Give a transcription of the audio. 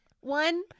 One